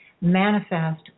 manifest